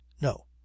no